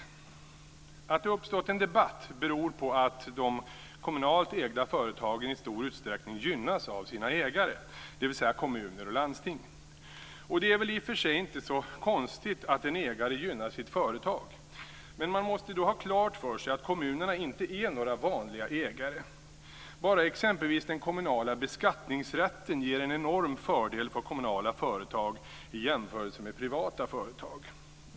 Att det har uppstått en debatt beror på att de kommunalt ägda företagen i stor utsträckning gynnas av sina ägare, dvs. kommuner och landsting. Det är väl i och för sig inte så konstigt att en ägare gynnar sitt företag. Men man måste då ha klart för sig att kommunerna inte är några vanliga ägare. Bara exempelvis den kommunala beskattningsrätten ger en enorm fördel för kommunala företag i jämförelse med privata företag.